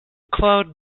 cloud